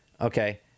Okay